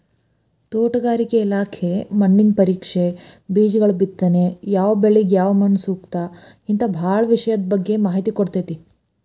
ತೋಟಗಾರಿಕೆ ಇಲಾಖೆ ಮಣ್ಣಿನ ಪರೇಕ್ಷೆ, ಬೇಜಗಳಬಿತ್ತನೆ ಯಾವಬೆಳಿಗ ಯಾವಮಣ್ಣುಸೂಕ್ತ ಹಿಂತಾ ಬಾಳ ವಿಷಯದ ಬಗ್ಗೆ ಮಾಹಿತಿ ಕೊಡ್ತೇತಿ